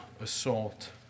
assault